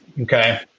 Okay